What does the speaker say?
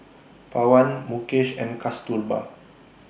Pawan Mukesh and Kasturba